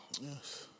Yes